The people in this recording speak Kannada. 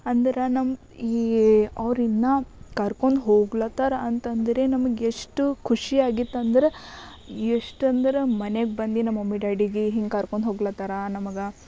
ಅಂದ್ರೆ ನಮ್ಮ ಈ ಅವ್ರನ್ನ ಕರ್ಕೊಂಡು ಹೋಗ್ಲತ್ತರು ಅಂತಂದರೆ ನಮಗ್ ಎಷ್ಟು ಖುಷಿಯಾಗಿತಂದ್ರ ಎಷ್ಟಂದ್ರೆ ಮನೆಗೆ ಬಂದು ನಮ್ಮ ಮಮ್ಮಿ ಡ್ಯಾಡಿಗೆ ಹಿಂಗ ಕರ್ಕೊಂಡು ಹೋಗ್ಲತ್ತಾರ ನಮಗೆ